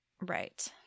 Right